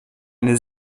eine